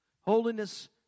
Holiness